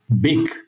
big